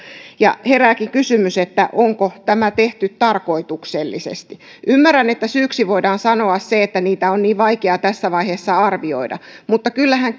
herääkin kysymys onko tämä tehty tarkoituksellisesti ymmärrän että syyksi voidaan sanoa se että niitä on niin vaikea tässä vaiheessa arvioida mutta kyllähän